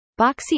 boxy